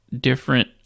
different